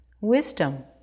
wisdom